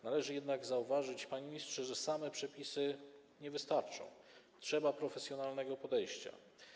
Należy jednak zauważyć, panie ministrze, że same przepisy nie wystarczą, trzeba profesjonalnego podejścia.